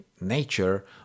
nature